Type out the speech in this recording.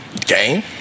Game